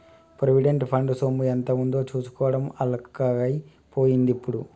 provident fund సొమ్ము ఎంత ఉందో చూసుకోవడం అల్కగై పోయిందిప్పుడు